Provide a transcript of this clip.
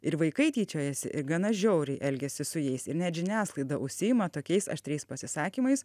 ir vaikai tyčiojasi ir gana žiauriai elgiasi su jais ir net žiniasklaida užsiima tokiais aštriais pasisakymais